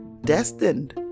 destined